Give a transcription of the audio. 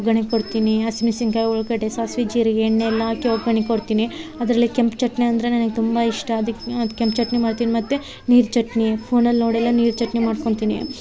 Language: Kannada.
ಒಗ್ಗರ್ಣೆ ಕೊಡ್ತೀನಿ ಹಸಿಮೆಣಸಿನ್ಕಾಯಿ ಉಳ್ಳಾಗಡ್ಡೆ ಸಾಸಿವೆ ಜೀರಿಗೆ ಎಣ್ಣೆ ಎಲ್ಲಾ ಹಾಕಿ ಒಗ್ಗರ್ಣಿ ಕೊಡ್ತೀನಿ ಅದರಲ್ಲಿ ಕೆಂಪು ಚಟ್ನಿ ಅಂದರೆ ನನಗೆ ತುಂಬ ಇಷ್ಟ ಅದಕ್ ಅದಕ್ಕೆ ಕೆಂಪು ಚಟ್ನಿ ಮಾಡ್ತೀನಿ ಮತ್ತು ನೀರು ಚಟ್ನಿ ಫೋನಲ್ಲಿ ನೋಡೆಲ್ಲ ನೀರು ಚಟ್ನಿ ಮಾಡ್ಕೊತೀನಿ